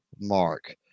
mark